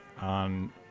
on